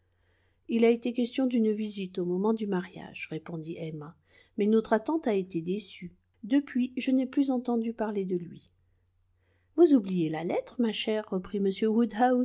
il a été question d'une visite au moment du mariage répondit emma mais notre attente a été déçue depuis je n'ai plus entendu parler de lui vous oubliez la lettre ma chère reprit